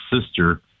sister